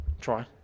try